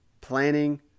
planning